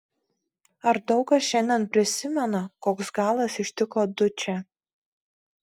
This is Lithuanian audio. ar daug kas šiandien prisimena koks galas ištiko dučę